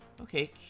Okay